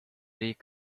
riik